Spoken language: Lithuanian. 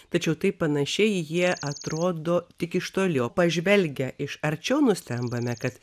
tačiau taip panašiai jie atrodo tik iš toli o pažvelgę iš arčiau nustembame kad